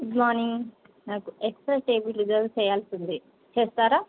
good morning నాకు extra table reserve చేయాల్సింది చేస్తారా